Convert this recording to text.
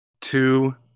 two